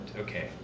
okay